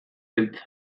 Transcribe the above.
beltza